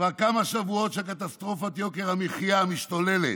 כבר כמה שבועות שקטסטרופת יוקר המחיה משתוללת,